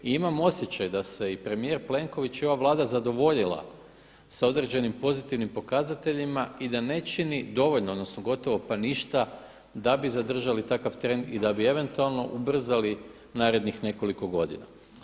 I imam osjećaj da se i premijer Plenković i ova Vlada zadovoljila sa određenim pozitivnim pokazateljima i da ne čini dovoljno odnosno gotovo pa ništa da bi zadržali takav trend i da bi eventualno ubrzali narednih nekoliko godina.